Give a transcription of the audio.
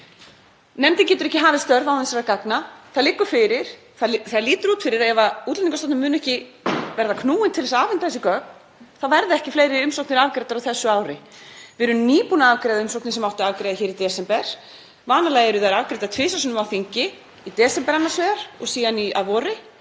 Nefndin getur ekki hafið störf án þessara gagna. Það lítur út fyrir að verði Útlendingastofnun ekki knúin til þess að afhenda þessi gögn muni ekki fleiri umsóknir verða afgreiddar á þessu ári. Við erum nýbúin að afgreiða umsóknir sem átti að afgreiða hér í desember. Vanalega eru þær afgreiddar tvisvar sinnum á þingi; í desember annars vegar og síðan að vori,